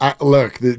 look